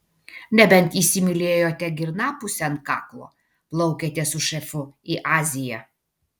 nebent įsimylėjote girnapusę ant kaklo plaukiate su šefu į aziją